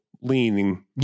leaning